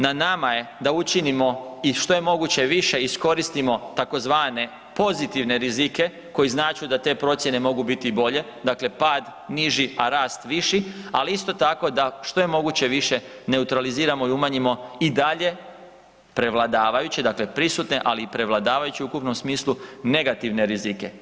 Na nama je da učinimo i što je moguće više iskoristimo tzv. pozitivne rizike koji značu da te procjene mogu biti i bolje, dakle pad niži, a rast viši, ali isto tako da što je moguće više neutraliziramo i umanjimo i dalje prevladavajući, dakle prisutne, ali i prevladavajući u ukupnom smislu negativne rizike.